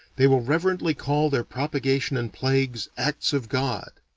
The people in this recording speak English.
they will reverently call their propagation and plagues acts of god.